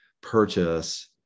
purchase